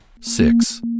Six